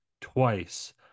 twice